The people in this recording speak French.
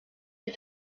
des